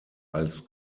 als